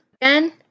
Again